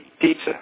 Pizza